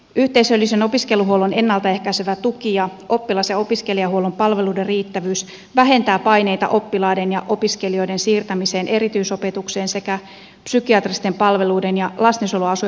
yhteisöllisen opiskeluhuollon ennalta ehkäisevä tuki ja oppilas ja opiskelijahuollon palveluiden riittävyys vähentävät paineita oppilaiden ja opiskelijoiden siirtämiseen erityisopetukseen sekä psykiatristen palveluiden ja lastensuojeluasiakkuuden tarvetta